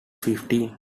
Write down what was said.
fifteen